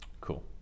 Cool